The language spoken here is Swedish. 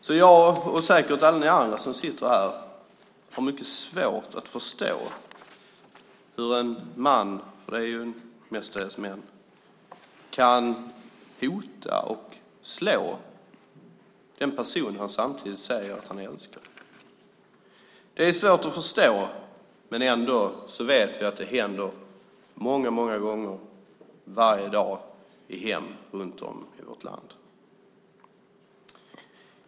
Så jag och säkert alla ni andra som sitter här har mycket svårt att förstå hur en man - för det är mestadels män - kan hota och slå den person han säger att han älskar. Det är svårt att förstå. Ändå vet vi att det händer många gånger varje dag i hem runt om i vårt land.